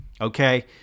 Okay